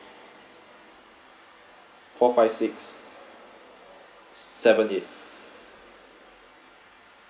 four five six seven eight